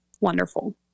wonderful